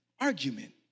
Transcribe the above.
argument